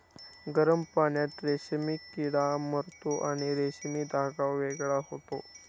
गरम पाण्यात रेशीम किडा मरतो आणि रेशीम धागा वेगळा होतो